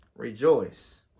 Rejoice